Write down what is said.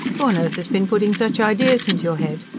who on earth has been putting such ideas into your head?